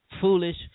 foolish